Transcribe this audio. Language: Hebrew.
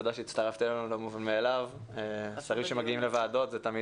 תודה שהצטרפת אלינו, זה לא